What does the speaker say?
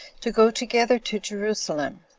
to go together to jerusalem.